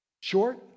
Short